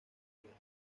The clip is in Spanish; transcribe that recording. guerra